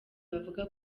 bavuga